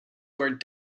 were